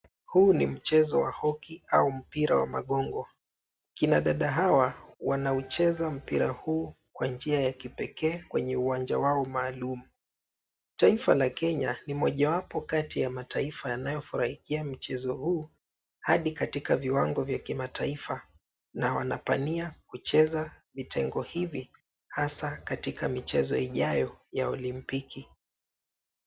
Huu ni mchezo wa hoki au mpira wa magongo. Kina dada hawa wanaucheza mpira huu kwa njia ya kipekee kwenye uwanja wao maalum. Taifa la Kenya ni mojawapo kati ya mataifa yanayofurahia mchezo huu hadi katika viwango vya kimataifa na wanapania kucheza vitengo hivi hasa katika michezo ijayo ya olimpiki.